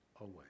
away